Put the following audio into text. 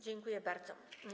Dziękuję bardzo.